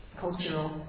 cultural